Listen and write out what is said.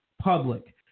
public